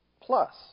plus